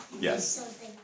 Yes